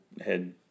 head